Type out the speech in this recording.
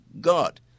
God